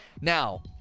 Now